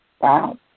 Wow